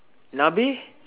nabei